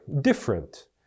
different